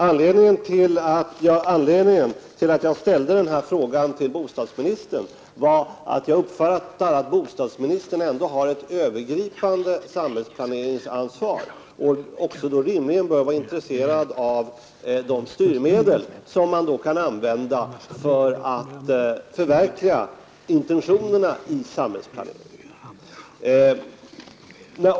Anledningen till att jag ställde min fråga till bostadsministern var att såvitt jag uppfattat förhållandena har bostadsministern ett övergripande samhällsplaneringsansvar och bör rimligen vara intresserad av de styrmedel som man kan använda för att förverkliga intentionerna bakom samhällsplaneringen.